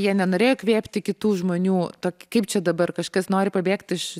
jie nenorėjo įkvėpti kitų žmonių tok kaip čia dabar kažkas nori pabėgti iš